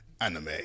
Anime